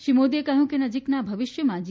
શ્રી મોદીએ કહ્યું કે નજીકના ભવિષ્યમાં જી